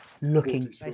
looking